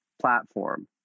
platform